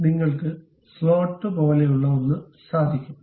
നിങ്ങൾക്ക് സ്ലോട്ട് പോലെയുള്ള ഒന്ന് സാധിക്കും